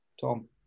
Tom